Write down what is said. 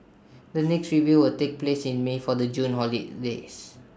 the next review will take place in may for the June holidays